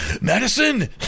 Madison